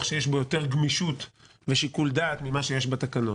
שיש בו יותר גמישות ושיקול דעת ממה שיש בתקנות.